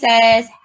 says